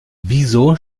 wieso